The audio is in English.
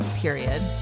Period